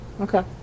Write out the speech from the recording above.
Okay